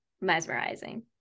mesmerizing